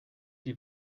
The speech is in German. die